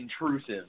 intrusive